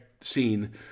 scene